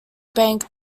bank